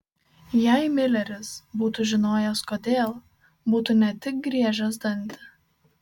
jei mileris būtų žinojęs kodėl būtų ne tik griežęs dantį